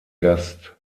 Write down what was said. gast